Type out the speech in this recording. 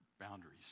boundaries